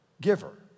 giver